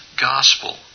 gospel